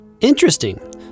Interesting